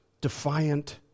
defiant